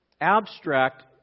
abstract